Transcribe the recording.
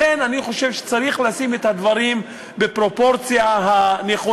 לכן אני חושב שצריך לשים את הדברים בפרופורציה הנכונה,